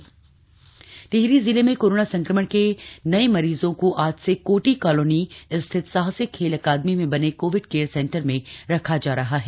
Covid care centre Tehri Tehri जिले में कोरोना संक्रमण के नए मरीजों को आज से कोटी कालोनी स्थित साहसिक खेल अकादमी में बने कोविड केयर सेंटर में रखा जा रहा है